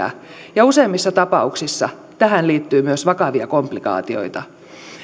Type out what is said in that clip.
ja useimmissa tapauksissa tähän liittyy myös vakavia komplikaatioita